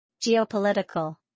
Geopolitical